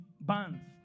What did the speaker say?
bands